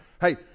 Hey